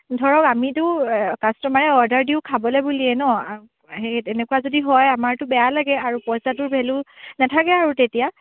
ধৰক আমিতো কাষ্টমাৰে অৰ্ডাৰ দিও খাবলৈ বুলিয়ে ন সেই তেনেকুৱা যদি হয় আমাৰতো বেয়া লাগে আৰু পইচাটোৰ ভেলু নাথাকে আৰু তেতিয়া